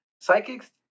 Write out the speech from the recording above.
Psychics